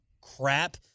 crap